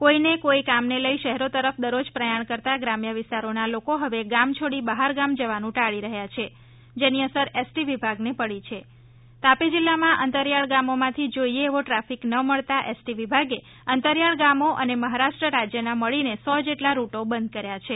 કોઈને કોઈ કામને લઈ શહેરો તરફ દરરોજ પ્રયાણ કરતા ગ્રામ્ય વિસ્તારોના લોકો હવે ગામ છોડી બહાર ગામ જવાનું ટાળી રહ્યા છે જેની અસર એસટી વિભાગને પડી છે તાપી જિલ્લામાં અંતરિયાળ ગામો માંથીજોઈએ એવો ટ્રાફિક ન મળતા એસટી વિભાગે અંતરિયાળ ગામો અને મહારાષ્ટ્ર રાજ્યના મળીનેસો જેટલા રૂટો બંધ કર્યા છે